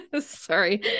sorry